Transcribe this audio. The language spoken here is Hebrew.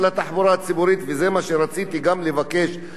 וזה מה שרציתי גם לבקש מכבוד השר,